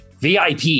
VIP